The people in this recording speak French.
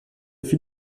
fut